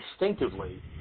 instinctively